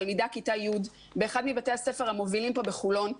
תלמידת כיתה י' באחד מבתי הספר המובילים פה בחולון,